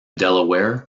delaware